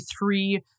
three